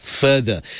further